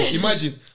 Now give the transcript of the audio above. imagine